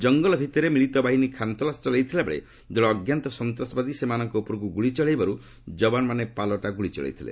କଙ୍ଗଲ ଭିତରେ ମିଳିବାହିନୀ ଖାନତଲାସ ଚଳାଇଥିବାବେଳେ ଦଳେ ଅଜ୍ଞାତ ସନ୍ତାସବାଦୀ ସେମାନଙ୍କୁ ଉପରକୁ ଗୁଳି ଚଳାଇବାରୁ ଯବାନ ମାନେ ପାଲଟା ଗୁଳି ଚଳାଇଥିଲେ